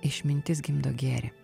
išmintis gimdo gėrį